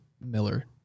Miller